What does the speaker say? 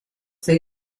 they